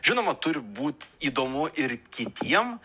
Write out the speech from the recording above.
žinoma turi būt įdomu ir kitiem